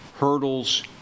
hurdles